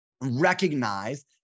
recognize